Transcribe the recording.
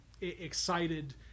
excited